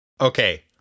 Okay